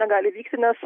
negali vykti nes